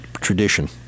tradition